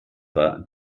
war